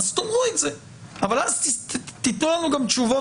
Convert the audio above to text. תאמרו את זה אבל תנו לנו גם תשובות